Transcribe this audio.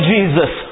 Jesus